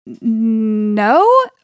no